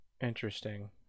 Interesting